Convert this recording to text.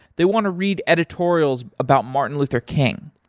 they want to read editorials about martin luther king.